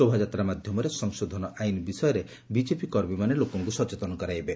ଶୋଭାଯାତ୍ରା ମାଧ୍ୟମରେ ସଂଶୋଧନ ଆଇନ ବିଷୟରେ ବିଜେପି କର୍ମୀମାନେ ଲୋକଙ୍ଙ ସଚେତନ କରାଇବେ